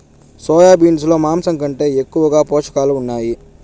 soya beans లో మాంసం కంటే ఎక్కువగా పోషకాలు ఉన్నాయి